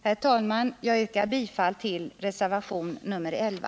Herr talman! Jag yrkar bifall till reservationen 11.